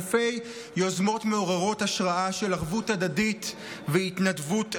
אלפי יוזמות מעוררות השראה של ערבות הדדית והתנדבות אזרחית.